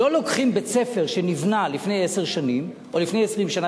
לא לוקחים בית-ספר שנבנה לפני עשר שנים או לפני 20 שנה